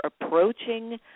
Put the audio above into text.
approaching